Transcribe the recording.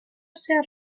cerro